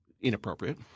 inappropriate